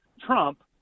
Trump